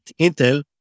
Intel